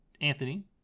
Anthony